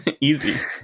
easy